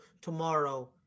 tomorrow